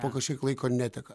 po kažkiek laiko neteka